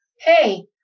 hey